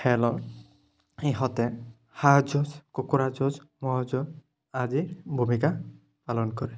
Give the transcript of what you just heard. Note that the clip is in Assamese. খেলত ইহঁতে হাঁহ যুঁজ কুকুৰা যুঁজ ম'হৰ যুঁজ আদিৰ ভূমিকা পালন কৰে